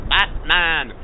Batman